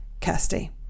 Kirsty